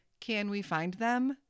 canwefindthem